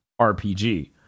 rpg